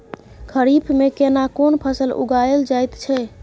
खरीफ में केना कोन फसल उगायल जायत छै?